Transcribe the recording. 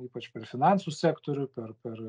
ypač per finansų sektorių per per